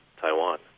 Taiwan